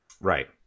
Right